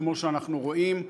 כמו שאנחנו רואים,